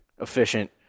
efficient